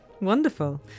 Wonderful